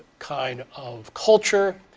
kind of culture.